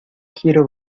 quiero